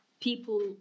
People